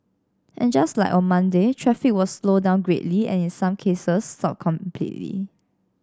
and just like on Monday traffic was slowed down greatly and in some cases stopped completely